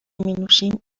مینوشیم